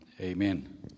Amen